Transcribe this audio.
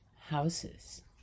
houses